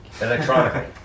Electronically